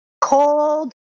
Cold